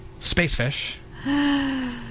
Spacefish